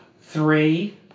three